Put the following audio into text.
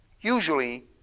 usually